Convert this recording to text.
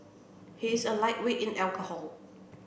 he is a lightweight in alcohol